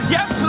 Yes